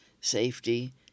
safety